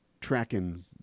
tracking